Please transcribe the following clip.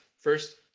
First